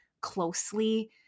closely